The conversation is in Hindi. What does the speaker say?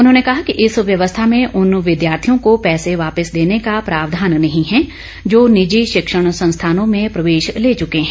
उन्होंने कहा कि इस व्यवस्था में उन विद्यार्थियों को पैसे वापिस देने का प्रावधान नहीं है जो निजी शिक्षण संस्थानों में प्रवेश ले चुके हैं